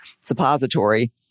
suppository